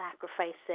sacrifices